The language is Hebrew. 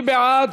מי בעד?